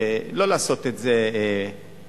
ולא לעשות את זה פוליטי,